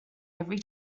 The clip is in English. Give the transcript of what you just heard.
every